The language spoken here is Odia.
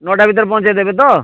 ନଅଟା ଭିତରେ ପହଁଞ୍ଚେଇ ଦେବେ ତ